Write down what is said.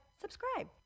subscribe